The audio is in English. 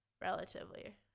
relatively